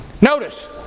Notice